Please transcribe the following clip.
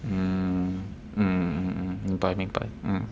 mm mm mm mm 明白明 mm